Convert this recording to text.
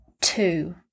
two